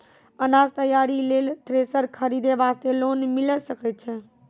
अनाज तैयारी लेल थ्रेसर खरीदे वास्ते लोन मिले सकय छै?